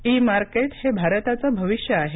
इ market हे भारताचं भविष्य आहे